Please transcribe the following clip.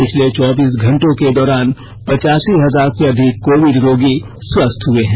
पिछले चौबीस घंटों के दौरान पचासी हजार से अधिक कोविड रोगी स्वस्थ हुए हैं